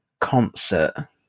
concert